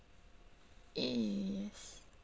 yes